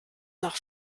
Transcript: nach